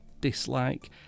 dislike